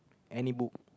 any book